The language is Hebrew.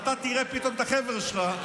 אתה תראה פתאום את החבר'ה שלך,